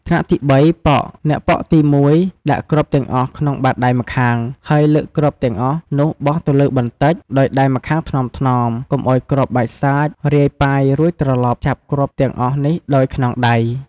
ថ្នាក់ទី៣ ប៉ក់ អ្នកប៉ក់ទី១ ដាក់គ្រាប់ទាំងអស់ក្នុងបាតដៃម្ខាង ហើយលើកគ្រាប់ទាំងអស់នោះបោះទៅលើបន្តិច ដោយដៃម្ខាងថ្នមៗ កុំឲ្យគ្រាប់បាចសាចរាយប៉ាយរួចត្រឡប់ចាប់គ្រាប់ទាំងអស់នេះដោយខ្នងដៃ។